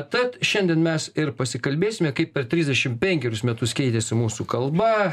tad šiandien mes ir pasikalbėsime kaip per trisdešim penkerius metus keitėsi mūsų kalba